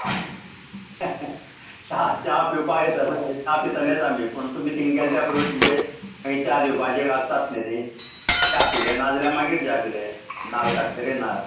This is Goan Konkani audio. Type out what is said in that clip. हय काल चाव पिवपा येत म्हणल्यार चाव पितलेच आमी पूण तुमी थिंगा गेला ते प्रमाणे तुमगे च्या पिवपाची एक आसताच न्ही ती च्या पिले नाजाल्यार मागीर च्या पिले नाल्ल काडटरे नाल्ल